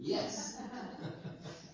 Yes